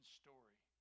story